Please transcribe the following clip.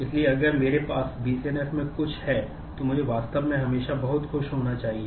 इसलिए अगर मेरे पास BCNF में कुछ है तो मुझे वास्तव में हमेशा बहुत खुश होना चाहिए